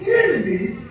enemies